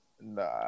Nah